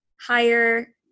higher –